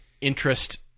interest